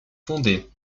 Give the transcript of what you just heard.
fondées